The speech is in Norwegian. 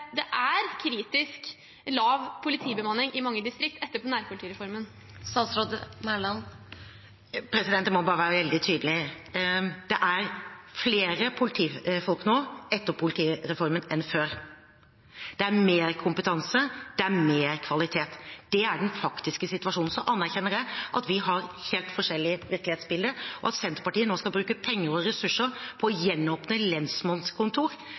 det er kritisk lav politibemanning i mange distrikter etter nærpolitireformen? Jeg må bare være veldig tydelig: Det er flere politifolk nå etter politireformen enn før. Det er mer kompetanse, det er mer kvalitet. Det er den faktiske situasjonen. Så anerkjenner jeg at vi har helt forskjellig virkelighetsbilde. At Senterpartiet nå skal bruke penger og ressurser på å gjenåpne lensmannskontor,